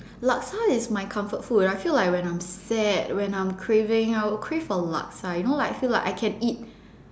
laksa is my comfort food I feel that when I'm sad when I'm craving I will crave for laksa you know like I feel like I can eat